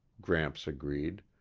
gramps agreed.